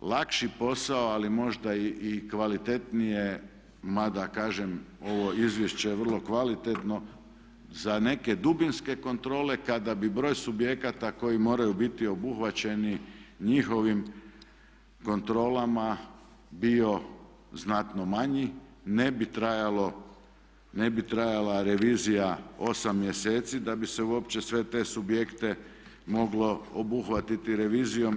lakši posao ali možda i kvalitetnije, mada kažem ovo izvješće je vrlo kvalitetno za neke dubinske kontrole kada bi broj subjekata koji moraju biti obuhvaćeni njihovim kontrolama bio znatno manji ne bi trajalo, ne bi trajala revizija 8 mjeseci da bi se uopće sve te subjekte moglo obuhvatiti revizijom.